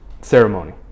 ceremony